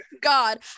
God